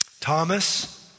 Thomas